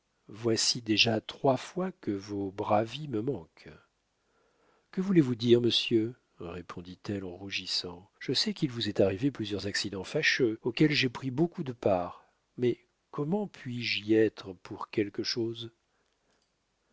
voici déjà trois fois que vos bravi me manquent que voulez-vous dire monsieur répondit-elle en rougissant je sais qu'il vous est arrivé plusieurs accidents fâcheux auxquels j'ai pris beaucoup de part mais comment puis-je y être pour quelque chose